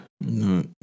No